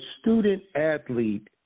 student-athlete